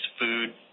food